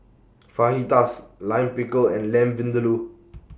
Fajitas Lime Pickle and Lamb Vindaloo